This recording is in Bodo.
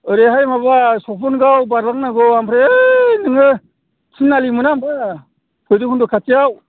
ओरैहाय माबा सफनगाव बारलांनांगौ ओमफ्राय ओइ नोङो थिनालि मोना होमबा भैरबखुन्द' खाथियाव